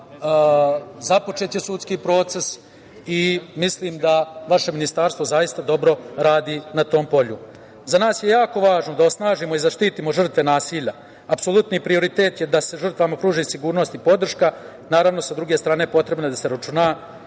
Započet je sudski proces i mislim da vaše ministarstvo dobro radi na tom polju.Za nas je jako važno da osnažimo i zaštitimo žrtve nasilja. Apsolutni prioritet je da se žrtvama pruži sigurnost i podrška. Naravno, sa druge strane potrebno je da se računa